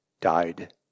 died